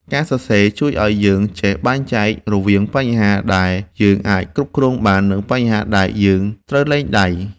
ការសរសេរជួយឱ្យយើងចេះបែងចែករវាងបញ្ហាដែលយើងអាចគ្រប់គ្រងបាន និងបញ្ហាដែលយើងត្រូវលែងដៃ។